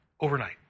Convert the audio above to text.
overnight